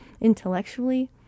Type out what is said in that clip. intellectually